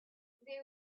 they